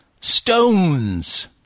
stones